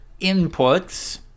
inputs